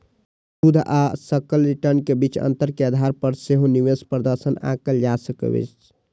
शुद्ध आ सकल रिटर्न के बीच अंतर के आधार पर सेहो निवेश प्रदर्शन आंकल जा सकैए